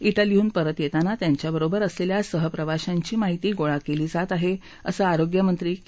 इटलीहून परत येताना त्यांच्याबरोबर असलेल्या सहप्रवाशांची माहिती गोळा केली जात आहे असं आरोग्य मंत्री के